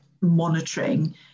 monitoring